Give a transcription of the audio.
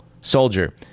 Soldier